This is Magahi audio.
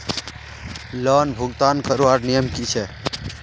लोन भुगतान करवार नियम की छे?